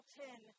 ten